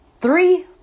three